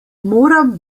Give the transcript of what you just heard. moram